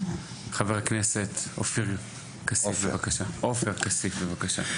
חבר הכנסת עופר כסיף, בבקשה.